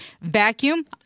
vacuum